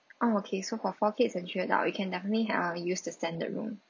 oh okay so for four kids and three adult we can definitely uh used the standard room